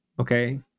Okay